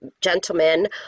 gentlemen